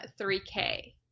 3k